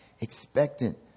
expectant